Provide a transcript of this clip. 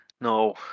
No